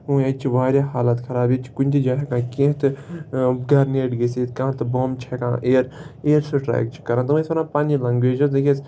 و ییٚتہِ چھِ واریاہ حالات خراب ییٚتہِ چھِ کُنہِ تہِ جایہِ ہٮ۪کان کینٛہہ تہِ گَرنیٹ گٔژھتھ کانٛہہ تہِ بَمب چھِ ہٮ۪کان اِی اِیَر سِٹرٛایک چھِ کَران تِم ٲسۍ وَنان پَننہِ لنٛگویج یۄس